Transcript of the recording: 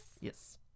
Yes